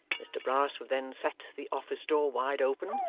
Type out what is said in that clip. mr brass would then set the office-door wide open,